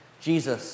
Jesus